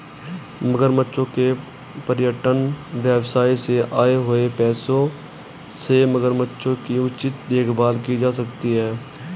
मगरमच्छों के पर्यटन व्यवसाय से आए हुए पैसों से मगरमच्छों की उचित देखभाल की जा सकती है